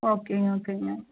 okay ஓகேங்க